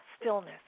stillness